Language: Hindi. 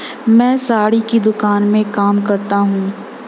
मैं साड़ी की दुकान में काम करता हूं